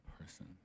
person